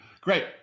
Great